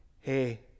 hey